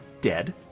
dead